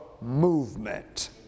movement